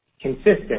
consistent